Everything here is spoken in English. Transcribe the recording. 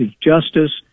justice